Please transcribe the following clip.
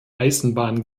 eisenbahn